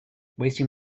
wasting